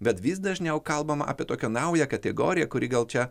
bet vis dažniau kalbama apie tokią naują kategoriją kuri gal čia